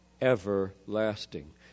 everlasting